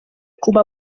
kuba